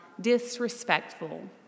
disrespectful